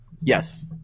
Yes